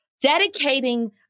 dedicating